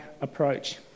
approach